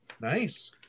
nice